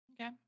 Okay